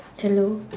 hello